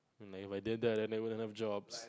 and if I did that then they wouldn't have jobs